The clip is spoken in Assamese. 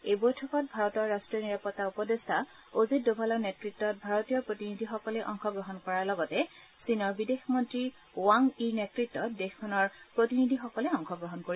এই বৈঠকত ভাৰতৰ ৰাষ্ট্ৰীয় নিৰাপত্তা উপদেষ্টা অজিত দোভালৰ নেত্ৰত্বত ভাৰতীয় প্ৰতিনিধিসকলে অংশগ্ৰহণ কৰাৰ লগতে চীনৰ বিদেশ মন্ত্ৰী ৱাং ইৰ নেত্ৰত্বত দেশখনৰ প্ৰতিনিধিসকলে অংশগ্ৰহণ কৰিব